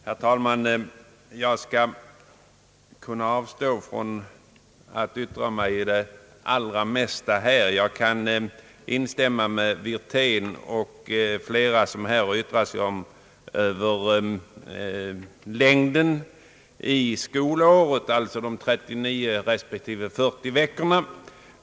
Herr talman! Jag skulle kunna avstå från att yttra mig i de allra flesta detaljfrågor här. Jag kan instämma med herr Wirtén och andra som här har uttalat sig om skolårets längd, alltså de 39 respektive 40 veckorna.